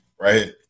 Right